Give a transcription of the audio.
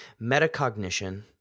metacognition